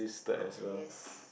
oh yes